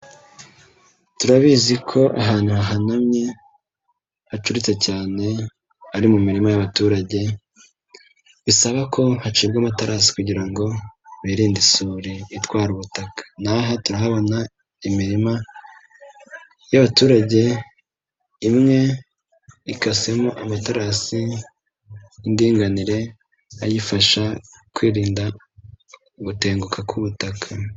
Turabizi ko ahantu hahanamye hacuritse cyane ari mu mirima y'abaturage bisaba ko hacibwa amatarasi kugira ngo biririnde isuri itwara ubutaka, naha turahabona imirima y'abaturage imwe ikasemo amatarasi y'indinganire ayifasha kwirinda gutenguka k'ubutaka.